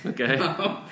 Okay